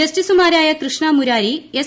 ജസ്റ്റിസുമാരായ കൃഷ്ണമുരാരി എസ്